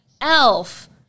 elf